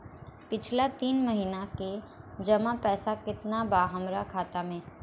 पिछला तीन महीना के जमा पैसा केतना बा हमरा खाता मे?